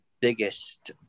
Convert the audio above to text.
biggest